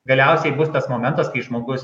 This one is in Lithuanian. galiausiai bus tas momentas kai žmogus